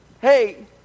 Hey